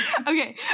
okay